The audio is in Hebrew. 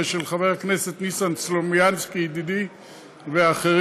2015, של חבר הכנסת ניסן סלומינסקי ידידי ואחרים,